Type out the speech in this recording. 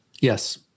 Yes